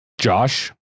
Josh